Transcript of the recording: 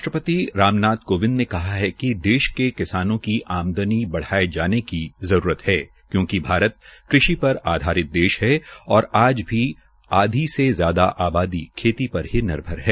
राष्ट्रपति राम नाथ कोविंद ने कहा कि देश के किसानों की आमदनी बढ़ाये जाने की जरूरत है क्योंकि भारत कृषि पर आधारित देश है और आज भी आधी से ज्यादा आबादी खेती पर ही निर्भर है